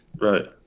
Right